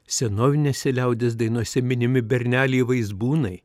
senovinėse liaudies dainose minimi berneliai vaizbūnai